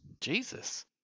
Jesus